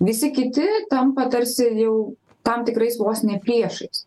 visi kiti tampa tarsi jau tam tikrais vos ne priešais